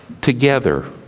together